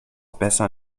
besser